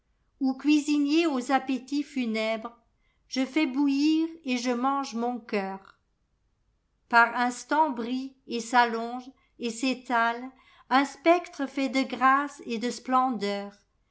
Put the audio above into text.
où cuisinier aux appétits funèbres je fais bouillir et je mange mon cœur par instants brille et s'allonge et s'étalftun spectre fait de grâce et de splendeura